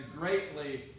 greatly